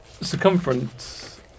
circumference